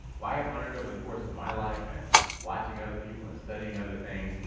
what i have learned over the course of my life, and watching other people, and studying other things,